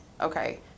okay